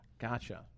gotcha